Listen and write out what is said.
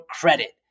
credit